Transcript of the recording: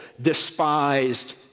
despised